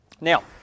Now